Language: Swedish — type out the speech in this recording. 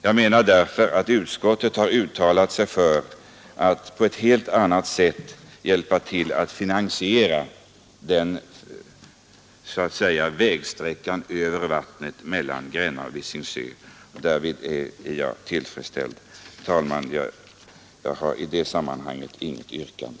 Jag menar att utskottet har uttalat sig för att man på ett helt annat sätt skall hjälpa till att finansiera låt mig säga vägsträckan över vattnet mellan Gränna och Visingsö. Därmed är jag något tillfredsställd och jag har, herr talman, i det sammanhanget inget yrkande.